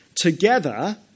Together